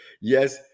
yes